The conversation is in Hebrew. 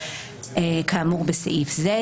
כאמור בסעיף זה,